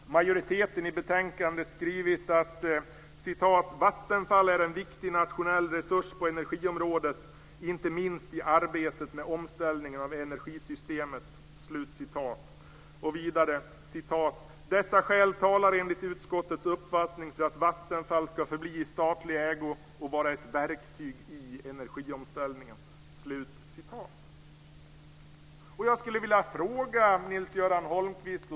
Majoriteten skriver i betänkandet: "Vattenfall är en viktig nationell resurs på energiområdet - inte minst i arbetet med omställningen av energisystemet." Vidare skriver man: "Dessa skäl talar enligt utskottets uppfattning för att Vattenfall skall förbli i statlig ägo och vara ett verktyg i energiomställningen."